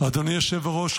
אדוני היושב-ראש,